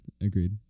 Agreed